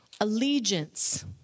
allegiance